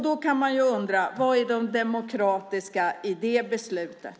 Då kan man undra var det demokratiska i det beslutet finns.